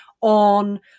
on